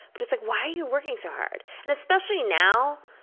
but it's like why are you working so hard? and specially now